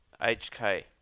HK